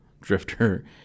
Drifter